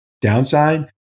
downside